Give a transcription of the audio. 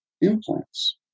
implants